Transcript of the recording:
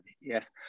yes